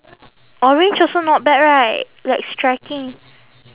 orange also not bad right like striking